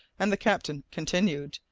and the captain continued,